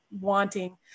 wanting